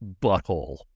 butthole